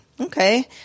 okay